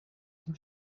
dem